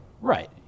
Right